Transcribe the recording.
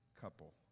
couple